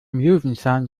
löwenzahn